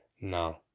No